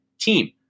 team